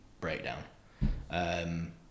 breakdown